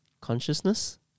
consciousness